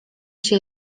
się